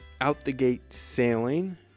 outthegatesailing